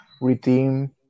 redeem